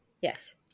Yes